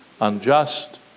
unjust